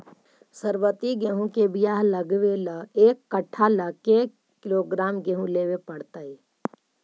सरबति गेहूँ के बियाह लगबे ल एक कट्ठा ल के किलोग्राम गेहूं लेबे पड़तै?